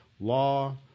Law